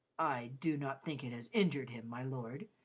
i do not think it has injured him, my lord,